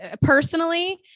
personally